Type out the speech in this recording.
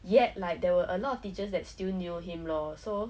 yet like there were a lot of teachers that still knew him lor so